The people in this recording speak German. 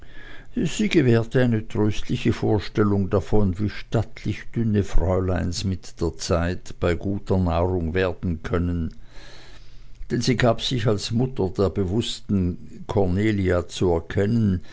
sie gewährte eine tröstliche vorstellung davon wie stattlich dünne fräuleins mit der zeit bei guter nahrung werden können denn sie gab sich als die frau mutter der bewußten cornelia zu erkennen